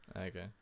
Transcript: Okay